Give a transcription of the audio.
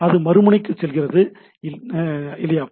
அது மறுமுனைக்குச் செல்கிறது இல்லையா